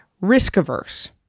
risk-averse